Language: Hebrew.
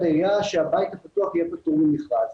העירייה שהבית הפתוח יהיה פטור ממכרז.